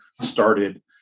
started